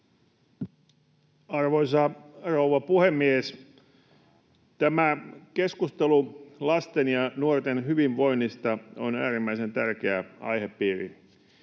Arvoisa rouva puhemies! Tämä keskustelu lasten ja nuorten hyvinvoinnista on äärimmäisen tärkeä aihepiiri.